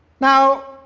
now,